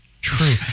true